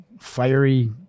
fiery